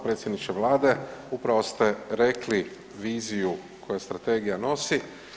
Predsjedniče vlade, upravo ste rekli viziju koja strategija nosi.